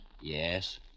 Yes